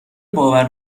باور